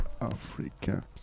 africa